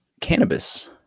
cannabis